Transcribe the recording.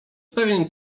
pewien